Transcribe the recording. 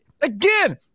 again